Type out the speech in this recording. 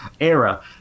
era